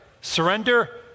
surrender